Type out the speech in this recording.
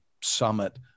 summit